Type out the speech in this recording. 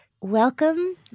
Welcome